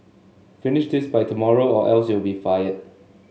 finish this by tomorrow or else you'll be fired